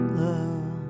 love